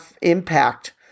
impact